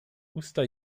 usta